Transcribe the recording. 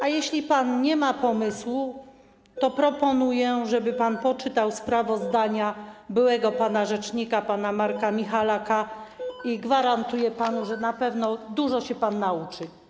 A jeśli pan nie ma pomysłu, to proponuję, żeby pan poczytał sprawozdania byłego rzecznika pana Marka Michalaka, i gwarantuję panu, że na pewno dużo się pan nauczy.